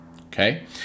okay